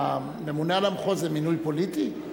הממונה על המחוז זה מינוי פוליטי?